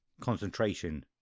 concentration